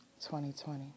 2020